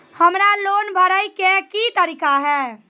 हमरा लोन भरे के की तरीका है?